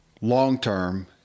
long-term